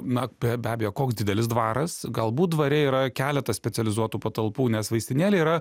na be be abejo koks didelis dvaras galbūt dvare yra keletas specializuotų patalpų nes vaistinėlė yra